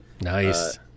Nice